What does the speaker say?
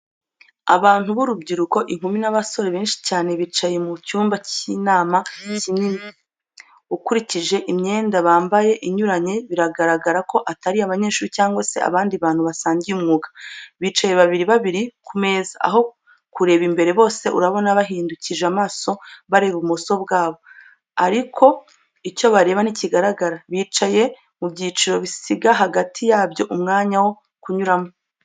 Abantu b'urubyiruko, inkumi n'abasore, benshi cyane bicaye mu cyumba cy'inama kinini. Ukurikije imyenda bambaye inyuranye, bigaragara ko atari abanyeshuri cyangwa se abandi bantu basangiye umwuga. Bicaye babiri babiri ku meza, Aho kureba imbere, bose urabona bahindukije amaso bareba ibumoso bwabo, ariko icyo bareba ntikigaragara. Bicaye mu byiciro bisiga hagati yabyo umwanya wo kunyuramo.